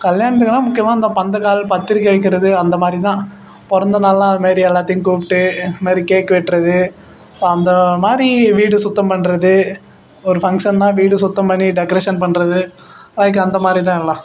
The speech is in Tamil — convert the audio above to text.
கல்யாணத்துக்குன்னால் முக்கியமாக அந்தப் பந்தக்கால் பத்திரிகை வைக்கிறது அந்த மாதிரி தான் பிறந்த நாள்ன்னால் அது மாரி எல்லாத்தையும் கூப்பிட்டு இந்த மாரி கேக் வெட்டுறது இப்போ அந்த மாதிரி வீடு சுத்தம் பண்ணுறது ஒரு ஃபங்க்ஷன்னால் வீடு சுத்தம் பண்ணி டெக்கரேஷன் பண்ணுறது லைக் அந்த மாதிரி தான் எல்லாம்